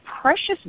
precious